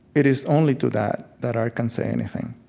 it is only to that that art can say anything.